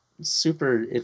super